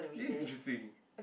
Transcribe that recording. this is interesting